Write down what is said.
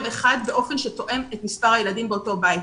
אחד באופן שתואם את מספר הילדים באותו בית.